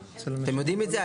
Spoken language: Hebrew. אתם יודעים את זה?